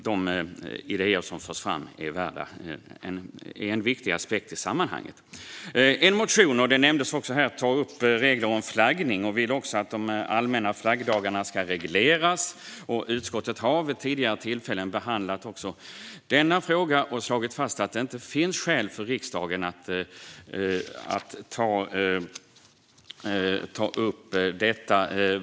De idéer som försvann är en viktig aspekt i sammanhanget. Som nämnts finns en motion som tar upp regler om flaggning och som vill att de allmänna flaggdagarna ska regleras. Utskottet har vid tidigare tillfällen behandlat denna fråga och slagit fast att det inte finns skäl för riksdagen att ta upp detta.